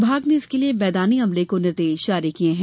विभाग ने इसके लिए मैदानी अमले को निर्देश जारी किये हैं